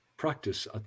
practice